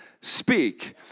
speak